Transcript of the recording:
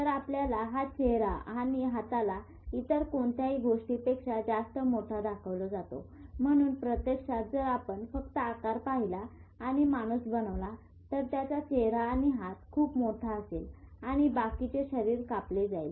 तर आपल्याला हा चेहरा आणि हाताला इतर कोणत्याही गोष्टीपेक्षा जास्त मोठ दाखवले जाते म्हणून प्रत्यक्षात जर आपण फक्त आकार पहिला आणि माणूस बनवला तर त्याचा चेहरा आणि हात खूप मोठा असेल आणि बाकीचे शरीर कापले जाईल